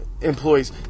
Employees